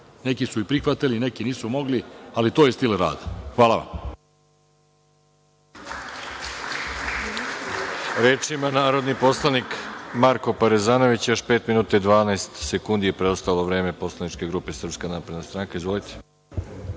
Neki su i prihvatili, neki nisu mogli, ali to je stil rada. Hvala vam.